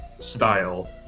style